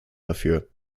dafür